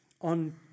on